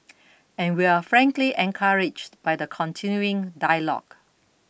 and we're frankly encouraged by the continuing dialogue